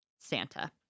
Santa